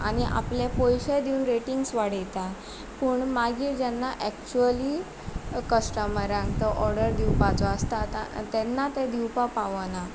आनी आपले पयशे दिवन रेंटिग्स वाडयता पूण मागीर जेन्ना एक्चुली कस्टमरांक तो ऑर्डर दिवपाचो आसता तेन्ना ते दिवपा पावना